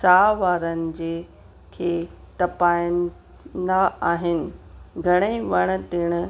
साह वारनि जंहिं खे तपाईंदा आहिनि घणेई वण टिण